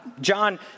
John